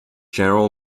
general